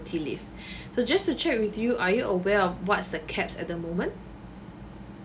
maternity leave so just to check with you are you aware of what's the caps at the moment